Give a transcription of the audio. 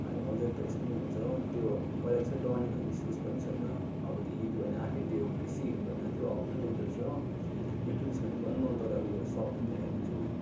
अहिले मजाले प्रेस पनि हुन्छ हो त्यो पहिलाको जस्तै डढ्ने खालको इस्युज पनि छैन अब त्यो हिट भयो भने आफै त्यो बेसी हिट भयो भने आफै अफ् पनि हुँदो रहेछ हो यो किनिस् भने भन् म तँलाई उयो सप पनि देखाइदिन्छु नि